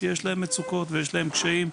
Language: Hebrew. שיש להם מצוקות ויש להם קשיים,